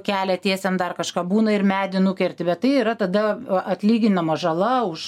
kelią tiesiant dar kažką būna ir medį nukerti bet tai yra tada atlyginama žala už